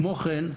כמו כן,